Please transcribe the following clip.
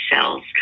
cells